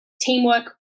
teamwork